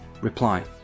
reply